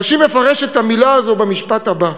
רש"י מפרש את המילה הזאת במשפט הבא: